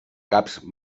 caps